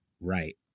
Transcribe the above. right